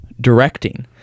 directing